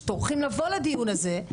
שטורחים לבוא לדיון הזה,